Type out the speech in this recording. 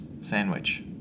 sandwich